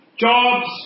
Jobs